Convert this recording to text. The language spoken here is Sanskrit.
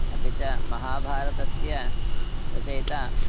अपि च महाभारतस्य रचयिता